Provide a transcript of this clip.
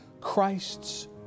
Christ's